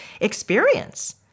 experience